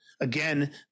Again